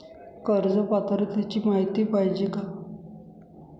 कर्ज पात्रतेची माहिती पाहिजे आहे?